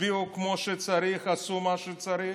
הצביעו כמו שצריך, עשו מה שצריך: